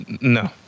no